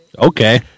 Okay